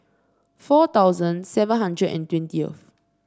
four thousand seven hundred and twentieth